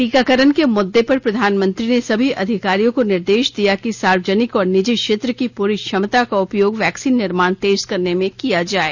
टीकाकरण के मुद्दे पर प्रधानमंत्री ने सभी अधिकारियों को निर्देश दिया कि सार्वजनिक और निजी क्षेत्र की पूरी क्षमता का उपयोग वैक्सीन निर्माण तेज करने में किया जाये